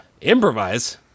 Improvise